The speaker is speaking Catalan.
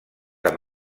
amb